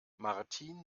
martine